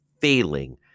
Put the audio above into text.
failing